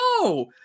no